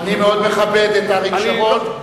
אני מאוד מכבד את אריק שרון,